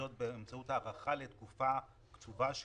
זאת באמצעות הארכה לתקופה קצובה,